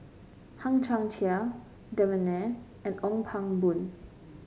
Hang Chang Chieh Devan Nair and Ong Pang Boon